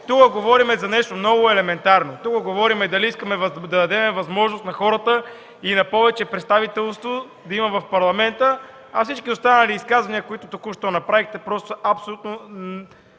Тук говорим за нещо много елементарно. Говорим дали искаме да дадем възможност на хората повече представителство да имат в Парламента, а всички останали изказвания, които току-що направихте, абсолютно